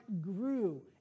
grew